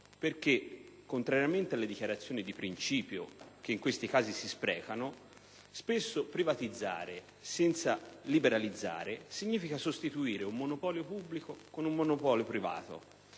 Contrariamente alle dichiarazioni di principio, che in questi casi si sprecano, spesso privatizzare senza liberalizzare significa sostituire un monopolio pubblico con un monopolio privato,